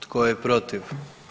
Tko je protiv?